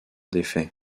défait